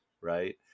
right